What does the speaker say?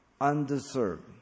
undeserved